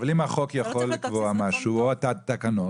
אבל אם החוק יכול לקבוע משהו או התקנות